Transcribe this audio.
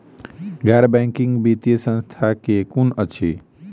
गैर बैंकिंग वित्तीय संस्था केँ कुन अछि?